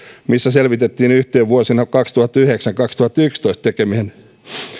missä selvitettiin yhtiön vuosina kaksituhattayhdeksän viiva kaksituhattayksitoista teke mien